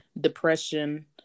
depression